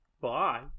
bye